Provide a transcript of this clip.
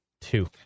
Two